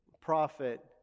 prophet